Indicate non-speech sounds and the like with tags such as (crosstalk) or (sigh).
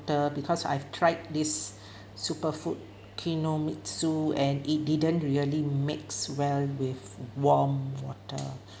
water because I've tried this (breath) superfood Kinohimitsu and it didn't really mix well with warm water